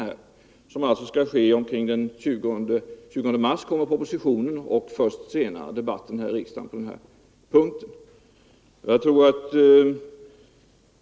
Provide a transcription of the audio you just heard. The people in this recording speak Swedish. Propositionen framläggs den 20 mars, och debatten i riksdagen kommer först senare.